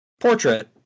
Portrait